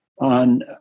on